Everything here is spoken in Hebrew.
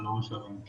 צהריים טובים.